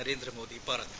നരേന്ദ്രമോദി പറഞ്ഞു